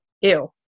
Ew